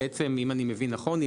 אם אני מבין נכון,